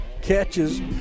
catches